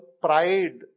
pride